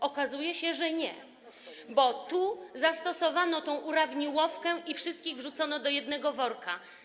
Okazuje się, że nie, bo tu zastosowano tę urawniłowkę i wszystkich wrzucono do jednego worka.